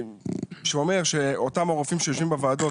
מה שאומר שאותם רופאים שיושבים בוועדות